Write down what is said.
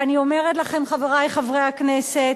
ואני אומרת לכם, חברי חברי הכנסת: